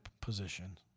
position